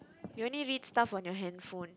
you only read stuff on your handphone